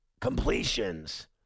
completions